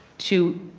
to